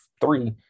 three